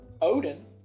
Odin